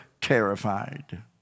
terrified